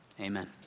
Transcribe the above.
Amen